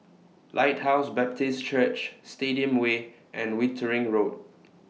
Lighthouse Baptist Church Stadium Way and Wittering Road